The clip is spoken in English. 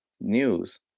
news